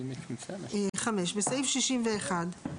"(5) בסעיף 61,